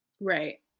Right